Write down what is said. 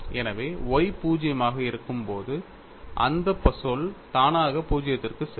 எனவே y 0 ஆக இருக்கும்போது அந்த சொல் தானாக 0 க்கு செல்லும்